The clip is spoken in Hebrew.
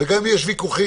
גם אם יש ויכוחים,